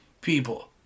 people